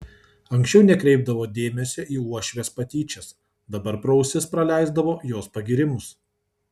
anksčiau nekreipdavo dėmesio į uošvės patyčias dabar pro ausis praleisdavo jos pagyrimus